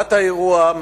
תחילת האירוע,